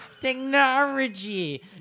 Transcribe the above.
Technology